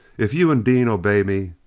if you and dean obey me.